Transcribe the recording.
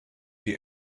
die